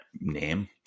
name